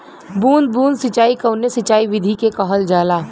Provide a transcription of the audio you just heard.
बूंद बूंद सिंचाई कवने सिंचाई विधि के कहल जाला?